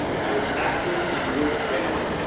i was acting in good faith.